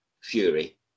Fury